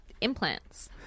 implants